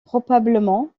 probablement